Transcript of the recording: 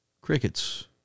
Crickets